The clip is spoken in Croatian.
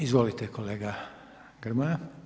Izvolite kolega Grmoja.